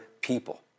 people